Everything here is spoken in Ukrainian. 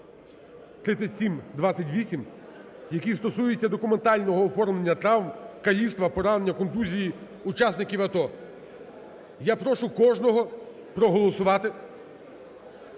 3728, який стосується документального оформлення травм (каліцтва, поранення, контузії) учасників АТО. Я прошу кожного проголосувати.